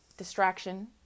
Distraction